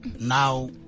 now